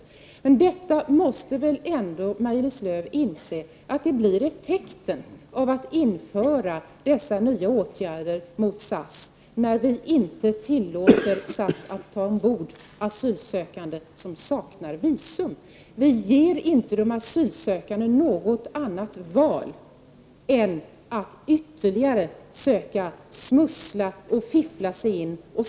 Maj-Lis Lööw måste väl ändå inse att detta blir effekten av åtgärderna, när vi inte tillåter SAS att ta ombord asylsökande som saknar visum. Vi ger inte de asylsökande något annat val än att ytterligare söka smussla och fiffla sig in.